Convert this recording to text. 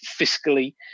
fiscally